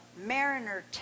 Mariner